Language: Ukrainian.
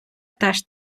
теж